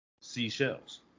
seashells